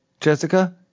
Jessica